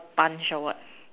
punch or what